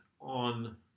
on